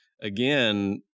Again